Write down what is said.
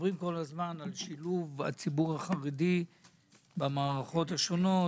מדברים כל הזמן על שילוב הציבור החרדי במערכות השונות.